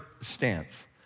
stance